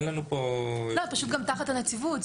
לא, פשוט גם תחת הנציבות.